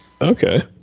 Okay